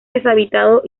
deshabitado